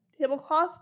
tablecloth